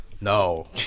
no